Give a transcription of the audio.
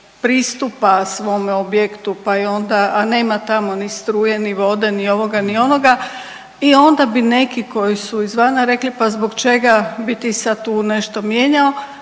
pristupa svome objektu, a nema tamo ni struje, ni vode, ni ovoga, ni onoga i onda bi neki koji su izvana rekli pa zbog čega bi ti tu sad nešto mijenjao,